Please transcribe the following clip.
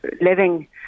living